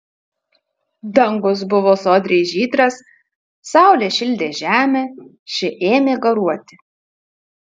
dangus buvo sodriai žydras saulė šildė žemę ši ėmė garuoti